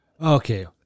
Okay